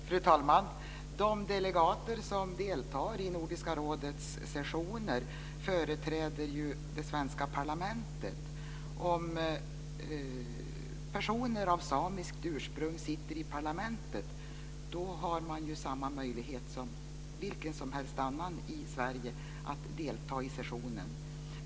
Fru talman! De delegater som deltar i Nordiska rådets sessioner företräder det svenska parlamentet. Om personer av samiskt ursprung sitter i parlamentet har de samma möjlighet som vilken annan person som helst i Sverige att delta i sessionen.